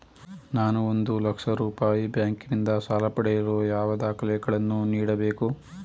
ನಾನು ಒಂದು ಲಕ್ಷ ರೂಪಾಯಿ ಬ್ಯಾಂಕಿನಿಂದ ಸಾಲ ಪಡೆಯಲು ಯಾವ ದಾಖಲೆಗಳನ್ನು ನೀಡಬೇಕು?